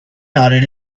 nodded